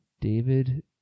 David